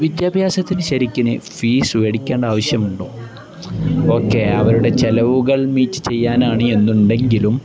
വിദ്യാഭ്യാസത്തിന് ശരിക്കും ഫീസ് മേടിക്കേണ്ട ആവശ്യമുണ്ടോ ഓക്കെ അവരുടെ ചിലവുകൾ മീറ്റ് ചെയ്യാനാണ് എന്നുണ്ടെങ്കിലും